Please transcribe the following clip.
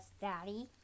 Daddy